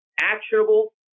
actionable